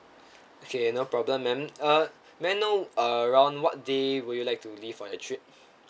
okay no problem ma'am uh may I know around what day will like you leave for your trip